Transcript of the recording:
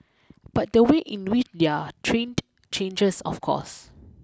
but the way in which they're trained changes of course